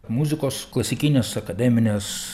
muzikos klasikinės akademinės